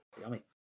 yummy